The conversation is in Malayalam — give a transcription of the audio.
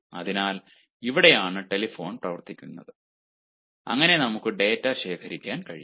അതിനാൽ ഇവിടെയാണ് ടെലിഫോൺ പ്രവർത്തിക്കുന്നത് അങ്ങനെ നമുക്ക് ഡാറ്റ ശേഖരിക്കാൻ കഴിയും